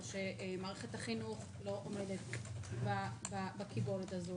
שמערכת החינוך לא עומדת בקיבולת הזאת,